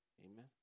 Amen